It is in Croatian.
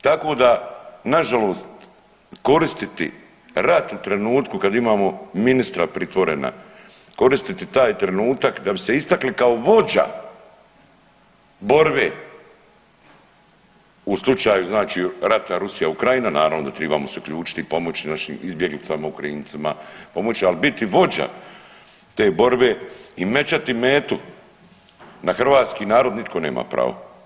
Tako da nažalost koristiti rat u trenutku kad imamo ministra pritvorena, koristiti taj trenutak da bi se istaknuli kao vođa borbe u slučaju znači rata Rusija Ukrajina, naravno da tribamo se uključiti, pomoći našim izbjeglicama, Ukrajincima, pomoći, ali biti vođa te borbe i mećati metu na hrvatski narod nitko nema pravo.